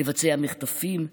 לבצע מחטפים.